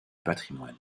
patrimoine